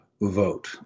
vote